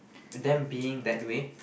them being that way